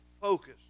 focus